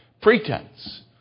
Pretense